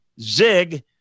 zig